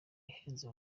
ihenze